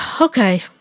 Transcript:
okay